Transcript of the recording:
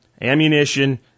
ammunition